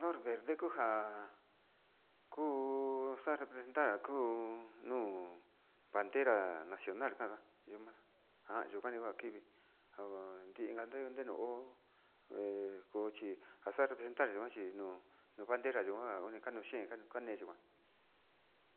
No'or verde kunja kuu axa representar njaku nuu bandera nacional kana yo'o maxa'a njan yuu kuan kakivi njan ndin ndau njanu uu he cochi aka representar no cochi ninu no'o bandera nacional nuu ni kanuxhika kane yikuan.